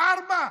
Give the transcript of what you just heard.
ארבע?